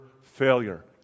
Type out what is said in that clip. failure